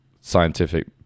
scientific